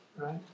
right